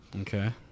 Okay